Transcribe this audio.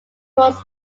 towards